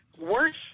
worse